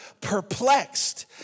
perplexed